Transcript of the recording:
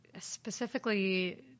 specifically